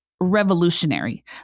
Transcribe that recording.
revolutionary